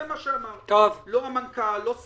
לא המנכ"ל, לא סמנכ"ל.